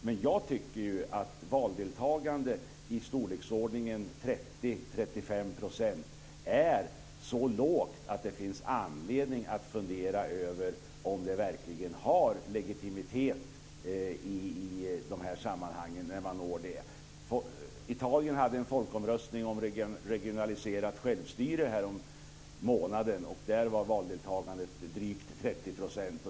Men jag tycker ju att valdeltagande i storleksordningen 30-35 % är så lågt att det finns anledning att fundera över om det verkligen har legitimitet när man når det i de här sammanhangen. Italien hade en folkomröstning om regionaliserat självstyre härommånaden, och där var valdeltagandet drygt 30 %.